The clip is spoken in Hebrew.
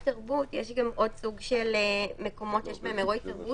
יש עוד סוג של מקומות שיש בהם אירועי תרבות